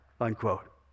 unquote